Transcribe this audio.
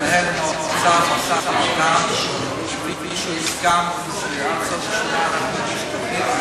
לנהל עם האוצר משא-ומתן כפי שהוסכם להגיש תוכנית.